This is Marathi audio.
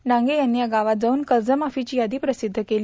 डांगे यांनी या गावात जाऊन कर्जमाफीची यादी प्रसिद्ध केली